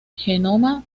genoma